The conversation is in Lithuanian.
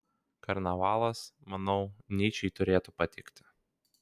karnavalas manau nyčei turėtų patikti